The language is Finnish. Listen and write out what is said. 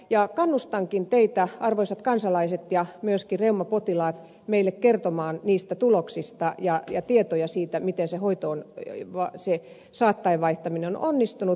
ja kannustankin teitä arvoisat kansalaiset ja myöskin reumapotilaat kertomaan meille niistä tuloksista ja kertomaan tietoja siitä miten se hoito se saattaen vaihtaminen on onnistunut